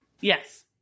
Yes